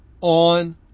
on